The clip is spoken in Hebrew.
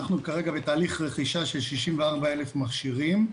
אנחנו כרגע בתהליך רכישה של 64,000 מכשירים.